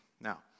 Now